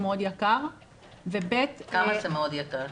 הוא מאוד יקר --- כמה זה מאוד יקר?